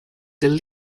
the